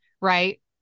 right